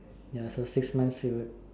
ya so six months it would